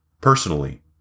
Personally